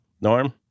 Norm